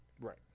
Right